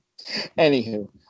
Anywho